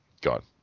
got